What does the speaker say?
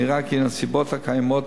נראה כי בנסיבות הקיימות,